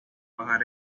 trabajar